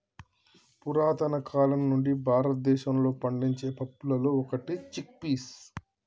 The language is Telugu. పురతన కాలం నుండి భారతదేశంలో పండించే పప్పులలో ఒకటి చిక్ పీస్